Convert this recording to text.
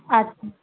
আচ্ছা